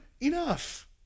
enough